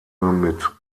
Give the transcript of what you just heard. mit